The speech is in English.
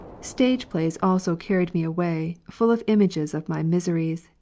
stage-plays also carried me away, full of images of my miseries,